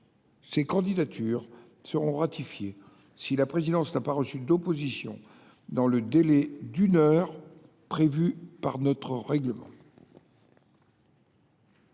Ces candidatures seront ratifiées si la présidence n’a pas reçu d’opposition dans le délai d’une heure prévu par notre règlement.